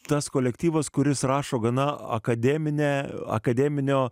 tas kolektyvas kuris rašo gana akademinę akademinio